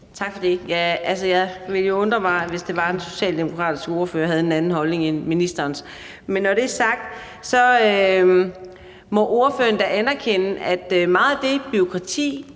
Tak for det. Det ville jo undre mig, hvis det var sådan, at den socialdemokratiske ordfører havde en anden holdning end ministeren. Når det er sagt, må ordføreren da anerkende, at meget af det bureaukrati